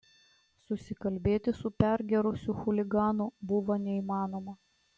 susikalbėti su pergėrusiu chuliganu buvo neįmanoma